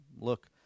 look